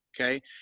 Okay